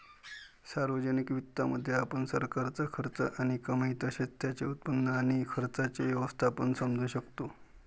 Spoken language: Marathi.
सार्वजनिक वित्तामध्ये, आपण सरकारचा खर्च आणि कमाई तसेच त्याचे उत्पन्न आणि खर्चाचे व्यवस्थापन समजू शकतो